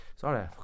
Sorry